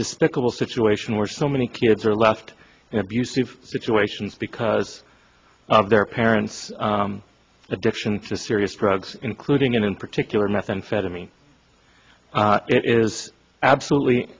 despicable situation where so many kids are left in abusive situations because of their parents addiction to serious drugs including and in particular methamphetamine it is absolutely